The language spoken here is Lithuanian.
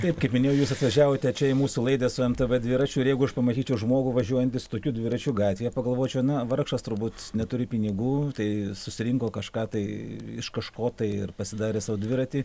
taip kaip minėjau jūs atvažiavote čia į mūsų laidą su mtb dviračiu ir jeigu aš pamatyčiau žmogų važiuojantį su tokiu dviračiu gatvėje pagalvočiau na vargšas turbūt neturi pinigų tai susirinko kažką tai iš kažko tai ir pasidarė sau dviratį